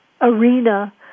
arena